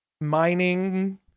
mining